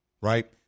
right